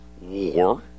war